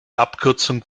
abkürzung